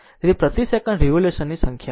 તેથી પ્રતિ second revolution ની સંખ્યા